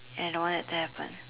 and I don't wanna that happen